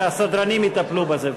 הסדרנים יטפלו בזה.